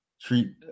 treat